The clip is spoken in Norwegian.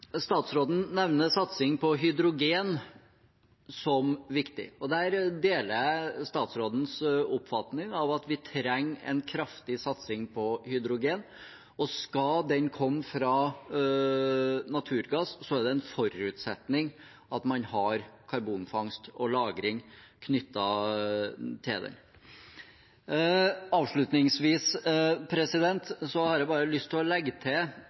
Statsråden nevner satsing på hydrogen som viktig. Der deler jeg statsrådens oppfatning av at vi trenger en kraftig satsing på hydrogen, og skal det komme fra naturgass, er det en forutsetning at man har karbonfangst og -lagring knyttet til det. Avslutningsvis har jeg bare lyst til å legge til